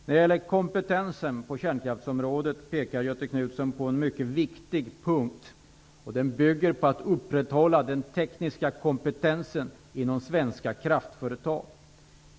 När det gäller kompetensen på kärnkraftsområdet pekade Göthe Knutson på en mycket viktig punkt. Det gäller att upprätthålla den tekniska kompetensen inom svenska kraftföretag.